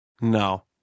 no